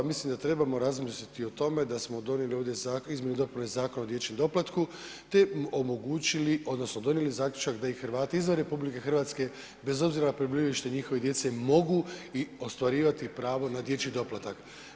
Mislim da trebamo razmisliti o tome da smo donijeli ovdje zakon, izmjene i dopune Zakona o dječjem doplatku te im omogućili odnosno donijeli zaključak da i Hrvati izvan RH bez obzira na prebivalište njihove djece mogu i ostvarivati pravo na dječji doplatak.